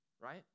right